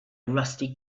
rusty